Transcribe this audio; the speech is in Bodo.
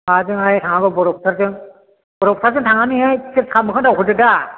साहाजोंहाय थाङाब्ला बर' फोथारजों बर' फोथारजों थांनानैहाय एसे साहा मोखां दावखोदो दा